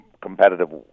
competitive